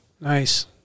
Nice